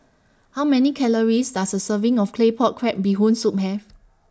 How Many Calories Does A Serving of Claypot Crab Bee Hoon Soup Have